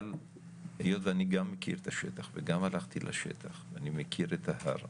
אבל היות ואני גם מכיר את השטח וגם הלכתי לשטח אני מכיר את ההר,